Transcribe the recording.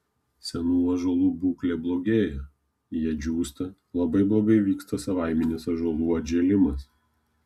senų ąžuolų būklė blogėja jie džiūsta labai blogai vyksta savaiminis ąžuolų atžėlimas